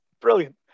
brilliant